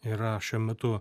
yra šiuo metu